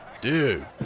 Dude